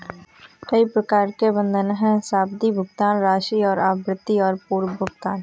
कई प्रकार के बंधक हैं, सावधि, भुगतान राशि और आवृत्ति और पूर्व भुगतान